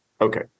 Okay